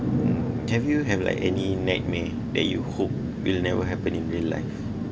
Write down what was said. have you have like any nightmare that you hope will never happen in real life